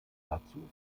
dazu